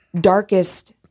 darkest